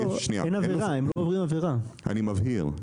אני מבהיר: